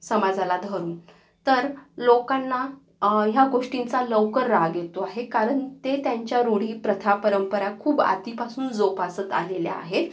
समाजाला धरून तर लोकांना ह्या गोष्टींचा लवकर राग येतो हे कारण ते त्यांच्या रूढी प्रथा परंपरा खूप आधीपासून जोपासत आलेल्या आहेत